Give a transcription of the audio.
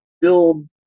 build